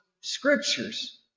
scriptures